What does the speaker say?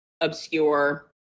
obscure